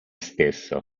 stesso